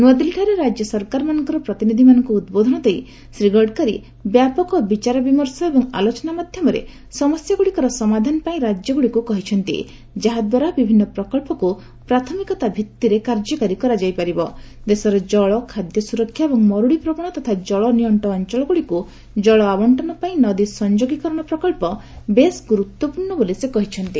ନ୍ନଆଦିଲ୍ଲୀଠାରେ ରାଜ୍ୟ ସରକାରମାନଙ୍କର ପ୍ରତିନିଧିମାନଙ୍କୁ ଉଦ୍ବୋଧନ ଦେଇ ଶ୍ରୀଗଡକରୀ ବ୍ୟାପକ ବିଚାରବିମର୍ଶ ଏବଂ ଆଲୋଚନା ମାଧ୍ୟମରେ ସମସ୍ୟାଗୁଡ଼ିକର ସମାଧାନ ପାଇଁ ରାକ୍ୟଗୁଡିକୁ କହିଛନ୍ତି ଯାହାଦ୍ୱାର ବିଭିନ୍ନ ପ୍ରକଳ୍ପକ୍ ପ୍ରାଥମିକତା ଭିତ୍ତିରେ କାର୍ଯ୍ୟକାରୀ କରାଯାଇପାରିବ ଦେଶର ଜଳ ଖାଦ୍ୟସୁରକ୍ଷା ଏବଂ ମରୁଡିପ୍ରବଣ ତଥା ଜଳ ନିଅଣ୍ଟ ଅଞ୍ଚଳଗୁଡିକୁ ଜଳ ଆବଶ୍ଚନ ପାଇଁ ନଦୀ ସଂଯୋଗୀକରଣ ପ୍ରକଳ୍ପ ବେଶ୍ ଗୁରୁତ୍ୱପୂର୍ଣ୍ଣ ବୋଲି ସେ କହିଚ୍ଛନ୍ତି